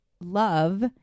love